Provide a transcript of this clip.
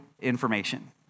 information